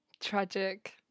Tragic